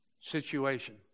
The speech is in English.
situation